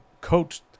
coached